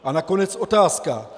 A nakonec otázka.